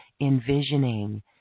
envisioning